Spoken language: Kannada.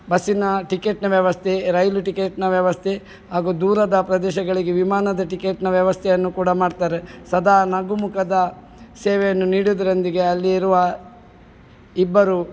ಬಸ್ಸಿನ ಟಿಕೆಟ್ನ ವ್ಯವಸ್ಥೆ ರೈಲು ಟಿಕೆಟ್ನ ವ್ಯವಸ್ಥೆ ಹಾಗು ದೂರದ ಪ್ರದೇಶಗಳಿಗೆ ವಿಮಾನದ ಟಿಕೆಟ್ನ ವ್ಯವಸ್ಥೆಯನ್ನು ಕೂಡ ಮಾಡ್ತಾರೆ ಸದಾ ನಗುಮುಗದ ಸೇವೆಯನ್ನು ನೀಡೋದ್ರೊಂದಿಗೆ ಅಲ್ಲಿರುವ ಇಬ್ಬರು